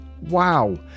wow